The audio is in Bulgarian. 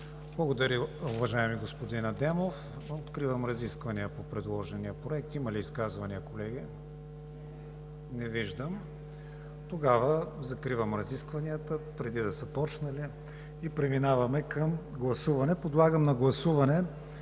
Благодаря, уважаеми господин Адемов. Откривам разискванията по предложения проект. Има ли изказвания, колеги? Не виждам. Закривам разискванията преди да са започнали и преминаваме към гласуване. Подлагам на гласуване